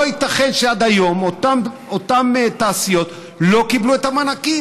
לא ייתכן שעד היום אותן תעשיות לא קיבלו את המענקים.